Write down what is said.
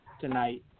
tonight